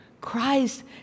Christ